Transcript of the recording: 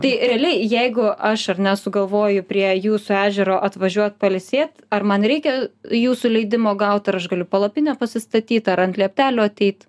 tai realiai jeigu aš ar ne sugalvoju prie jūsų ežero atvažiuot pailsėt ar man reikia jūsų leidimo gaut ar aš galiu palapinę pasistatyt ar ant lieptelio ateit